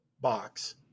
box